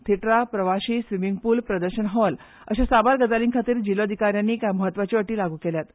थेटरा प्रवाशी swimming pool प्रदर्शन हॉल अशा साबार गजाली खातीर जिल्होधिकाऱ्यांनी कांय म्हत्वाच्यो अटी लागू केल्यात